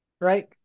right